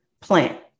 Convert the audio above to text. plant